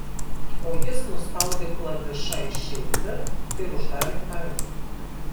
o jis nuspaudė klavišą išeiti ir uždarė failą